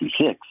1966